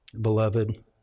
beloved